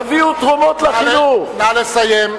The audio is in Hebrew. תביאו תרומות לחינוך, נא לסיים.